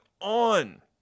on